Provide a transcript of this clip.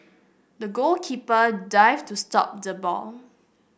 the goalkeeper dived to stop the ball